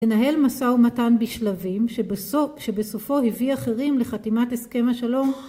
מנהל מסע ומתן בשלבים שבסופו ‫הביא אחרים לחתימת הסכם השלום.